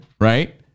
Right